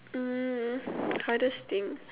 mm hardest thing